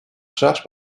charge